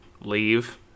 leave